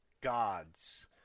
Gods